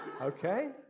Okay